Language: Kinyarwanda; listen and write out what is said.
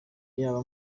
yaba